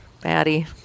batty